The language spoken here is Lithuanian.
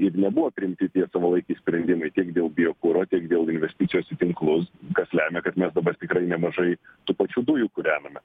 ir nebuvo priimti tie savalaikiai sprendimai tiek dėl biokuro tiek dėl investicijos į tinklus kas lemia kad mes dabar tikrai nemažai tų pačių dujų kūrename